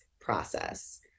process